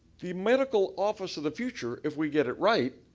the medical office of the future, if we get it right,